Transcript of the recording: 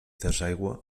desaigua